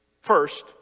First